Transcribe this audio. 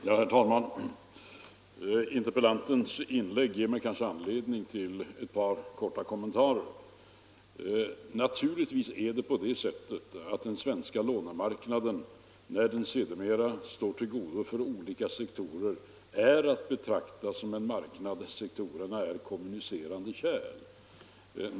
Herr talman! Interpellantens inlägg ger mig anledning till ett par korta kommentarer. Naturligtvis är det på det sättet att den svenska lånemarknaden, när den står till tjänst för olika sektorer, är att betrakta som en marknad. Sektorerna är kommunicerande kärl.